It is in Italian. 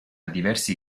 diversi